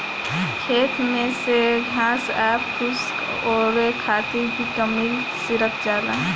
खेत में से घास आ फूस ओरवावे खातिर भी केमिकल छिड़कल जाला